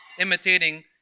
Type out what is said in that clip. Imitating